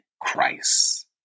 Christ